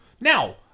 Now